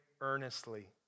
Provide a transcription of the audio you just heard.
earnestly